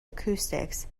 acoustics